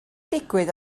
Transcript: digwydd